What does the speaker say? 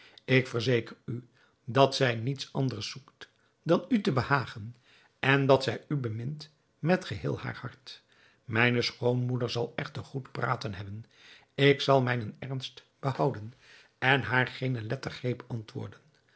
ik verzeker u dat zij niets anders zoekt dan u te behagen en dat zij u bemint met geheel haar hart mijne schoonmoeder zal echter goed praten hebben ik zal mijnen ernst behouden en haar geene lettergreep